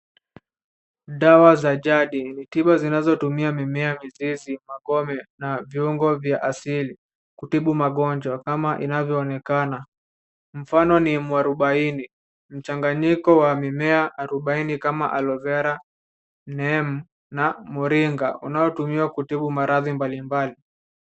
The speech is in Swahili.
Dawa za jadi, ni tiba zinazotumika mimea na viungo vya asili kutibu magonjwa kama inavyoonekana. Mfano ni mwarubaini, mchanganyiko wa mimea arubaini kama aloevera, neema na muringa unaotumiwa kutibu maradhi mbalimbali.